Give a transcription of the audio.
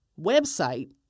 website